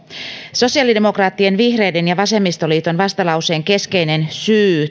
sosiaalidemokraattien vihreiden ja vasemmistoliiton vastalauseen keskeinen syy